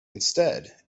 instead